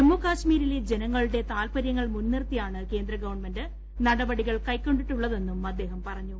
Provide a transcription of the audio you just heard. ജമ്മുകാശ്മീരിലെ ജനങ്ങളുടെ താൽപ്പര്യങ്ങൾ മുൻനിർത്തിയാണ് കേന്ദ്രഗവൺമെന്റ് നടപടികൾ കൈക്കൊണ്ടിട്ടുള്ളതെന്നും അദ്ദേഹം പറഞ്ഞു